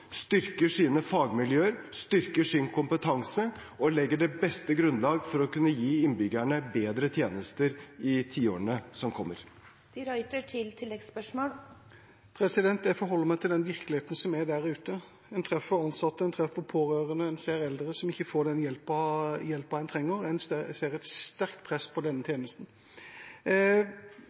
styrker sine fagmiljøer, styrker sin kompetanse og legger det beste grunnlag for å kunne gi innbyggerne bedre tjenester i tiårene som kommer. Jeg forholder meg til den virkeligheten som er der ute. En treffer ansatte, en treffer pårørende, og en ser eldre som ikke får den hjelpen de trenger. En ser et sterkt press på denne tjenesten.